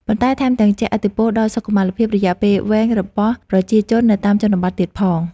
ប៉ុន្តែថែមទាំងជះឥទ្ធិពលដល់សុខុមាលភាពរយៈពេលវែងរបស់ប្រជាជននៅតាមជនបទទៀតផង។